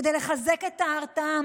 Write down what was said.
כדי לחזק את ההרתעה.